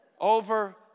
over